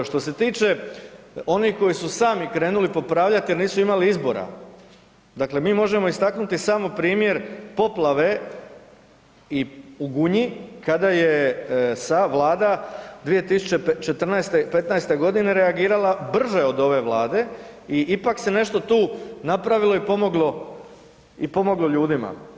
Što se tiče onih koji su sami krenuli popravljati jer nisu imali izbora, dakle mi možemo istaknuti samo primjer poplave i u Gunji kada je sa vlada 2014., 15. godine reagirala brže od Vlade i ipak se nešto tu napravilo i pomoglo ljudima.